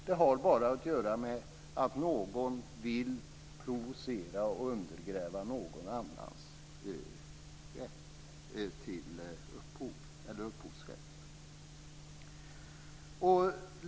Det har bara att göra med att någon vill provocera och undergräva någon annans upphovsrätt.